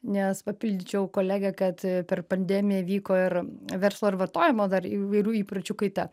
nes papildyčiau kolegę kad per pandemiją vyko ir verslo ir vartojimo dar įvairių įpročių kaita